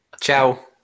Ciao